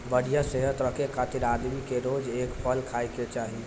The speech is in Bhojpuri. बढ़िया सेहत रखे खातिर आदमी के रोज एगो फल खाए के चाही